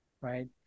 right